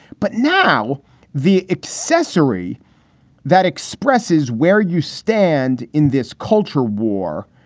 but now the accessory that expresses where you stand in this culture war,